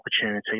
opportunity